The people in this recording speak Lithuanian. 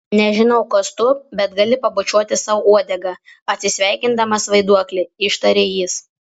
nežinau kas tu bet gali pabučiuoti sau uodegą atsisveikindamas vaiduokli ištarė jis